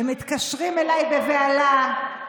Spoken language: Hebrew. הם מתקשרים אליי בבהלה,